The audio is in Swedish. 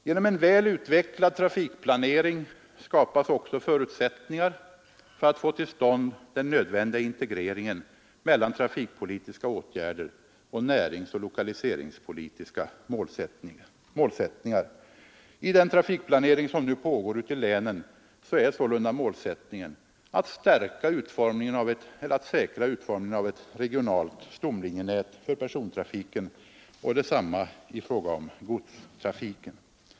Genom en väl utvecklad trafikplanering skapas också förutsättningar för att få till stånd den nödvändiga integreringen mellan trafikpolitiska åtgärder och näringsoch lokaliseringspolitiska målsättningar. I den trafikplanering som nu pågår ute i länen är sålunda målsättningen att säkra utformningen av ett regionalt stomlinjenät för persontrafiken och detsamma i fråga om godstrafiken.